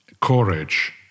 courage